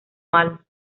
malos